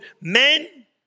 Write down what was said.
Men